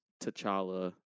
T'Challa